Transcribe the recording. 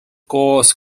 koos